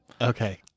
Okay